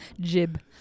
Jib